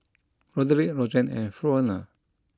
Roderic Rozanne and Fronia